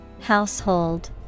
Household